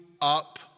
up